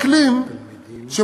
אקלים בית-ספרי,